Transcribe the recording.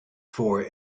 for